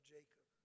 Jacob